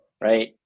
right